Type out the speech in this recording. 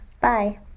bye